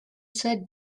said